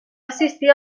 assistir